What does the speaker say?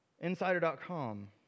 Insider.com